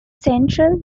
central